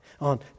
on